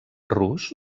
rus